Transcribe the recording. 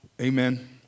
Amen